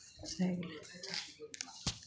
भए गेलै